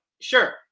sure